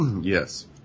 Yes